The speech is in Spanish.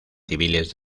civiles